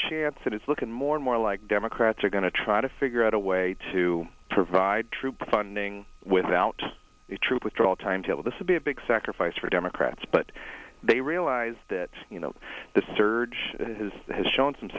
chance and it's looking more and more like democrats are going to try to figure out a way to provide troop funding without a troop withdrawal timetable this would be a big sacrifice for democrats but they realize that you know the surge has that has shown some